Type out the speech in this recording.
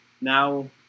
now